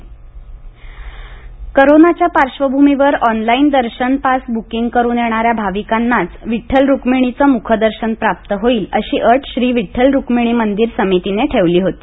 पंढरपूर मंदिर कोरोनाच्या पार्श्वभूमीवर ऑनलाइन दर्शन पास ब्रिंग करून येणाऱ्या भविकांनाच विठ्ठल रुक्मिणीचं मूखदर्शन प्राप्त होईल अशी अट श्री विठ्ठल रुक्मिणी मंदिर समितीने ठेवली होती